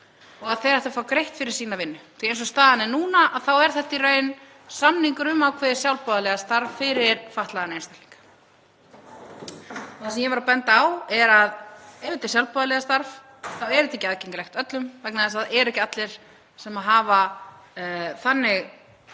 og fengju greitt fyrir sína vinnu, því að eins og staðan er núna er þetta í raun samningur um ákveðið sjálfboðaliðastarf fyrir fatlaðan einstakling. Það sem ég var að benda á er að ef þetta er sjálfboðaliðastarf þá er þetta ekki aðgengilegt öllum, vegna þess að það eru ekki allir sem hafa umkringt